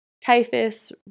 typhus